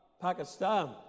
Pakistan